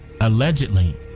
allegedly